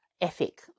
ethic